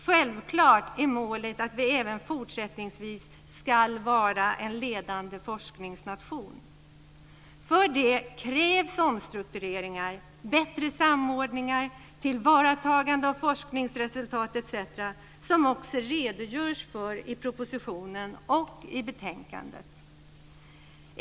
Självklart är målet att vi även fortsättningsvis ska vara en ledande forskningsnation. För det krävs omstruktureringar, bättre samordning, tillvaratagande av forskningsresultat etc. som också redogörs för i propositionen och i betänkandet.